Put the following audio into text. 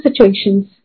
situations